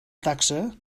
taxa